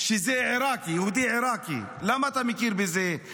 שזה עיראקי, יהודי עיראקי, למה אתה מכיר בזה?